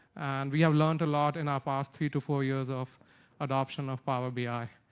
and we have learned a lot in our past three to four years of adoption of power bi.